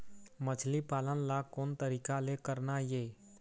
मछली पालन ला कोन तरीका ले करना ये?